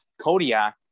Kodiak